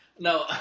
No